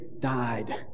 died